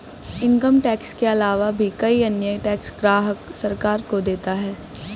income tax के आलावा भी कई अन्य टैक्स ग्राहक सरकार को देता है